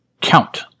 Count